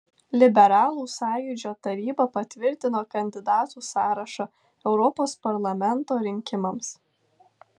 liberalų sąjūdžio taryba patvirtino kandidatų sąrašą europos parlamento rinkimams